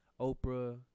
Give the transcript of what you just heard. Oprah